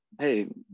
hey